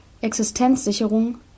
Existenzsicherung